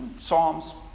Psalms